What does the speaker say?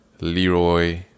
Leroy